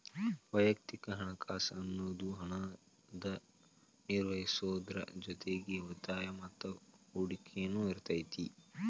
ವಯಕ್ತಿಕ ಹಣಕಾಸ್ ಅನ್ನುದು ಹಣನ ನಿರ್ವಹಿಸೋದ್ರ್ ಜೊತಿಗಿ ಉಳಿತಾಯ ಮತ್ತ ಹೂಡಕಿನು ಇರತೈತಿ